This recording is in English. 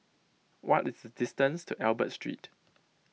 what is the distance to Albert Street